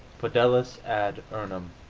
fidelis ad urnum